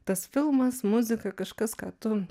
tas filmas muzika kažkas ką tu